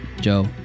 Joe